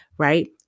Right